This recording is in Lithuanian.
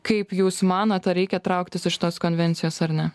kaip jūs manot ar reikia trauktis iš tos konvencijos ar ne